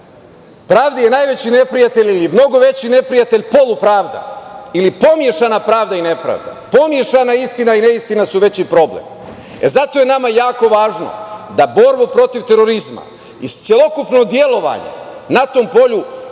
pravdi je najveći neprijatelj ili mnogo veći neprijatelj polupravda ili pomešana pravda i nepravda, pomešana istina i neistina su veći problem.E, zato je nama jako važno da borbu protiv terorizma i celokupno delovanje na tom polju